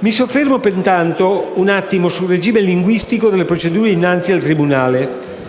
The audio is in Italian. Mi soffermo un attimo sul regime linguistico delle procedure innanzi al tribunale.